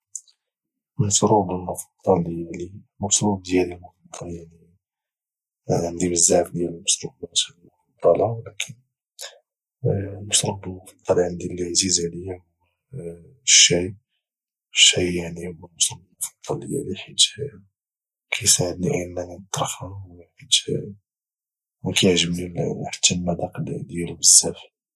المشروب ديالي المفضل يعني عندي بزاف ديال المشروبات المفضله ولكن المشروب المفضل عندي اللي عزيز علي بزاف هو الشاي الشاي يعني هو المشروب المفضل ديالي حيت كيساعدني انني نترخا وحيت كيعجبني حتى المذاق ديالو بزاف